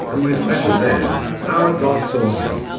who is better then, our gods or him?